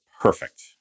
perfect